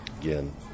again